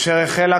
אשר החלה,